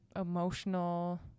emotional